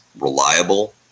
reliable